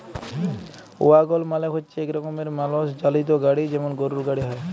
ওয়াগল মালে হচ্যে এক রকমের মালষ চালিত গাড়ি যেমল গরুর গাড়ি হ্যয়